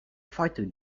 fighter